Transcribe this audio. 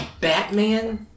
Batman